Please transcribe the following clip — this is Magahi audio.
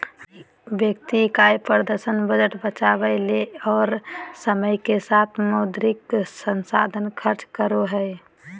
व्यक्ति इकाई प्रदर्शन बजट बचावय ले और समय के साथ मौद्रिक संसाधन खर्च करो हइ